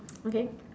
okay